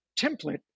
template